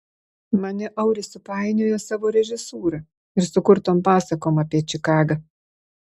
mane auris supainiojo savo režisūra ir sukurtom pasakom apie čikagą